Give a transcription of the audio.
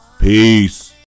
peace